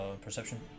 Perception